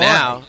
now